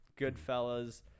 Goodfellas